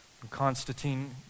Constantine